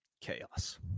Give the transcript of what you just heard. Chaos